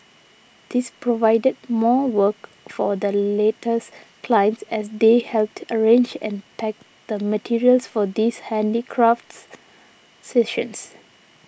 this provided more work for the latter's clients as they helped arrange and pack the materials for these handicraft sessions